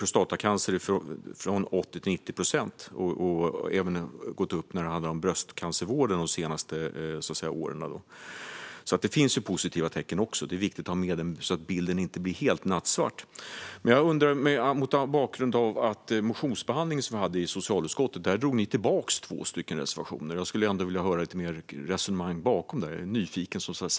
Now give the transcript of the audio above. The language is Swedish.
Den har även gått upp när det handlar om bröstcancer de senaste åren. Det finns alltså positiva tecken också, och det är viktigt att ha med dem så att bilden inte blir helt nattsvart. Vid motionsbehandlingen som vi hade i socialutskottet drog ni tillbaka två motioner. Jag skulle ändå vilja höra lite mer om resonemanget bakom detta. Jag är lite nyfiken.